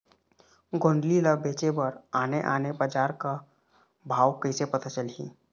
गोंदली ला बेचे बर आने आने बजार का भाव कइसे पता चलही?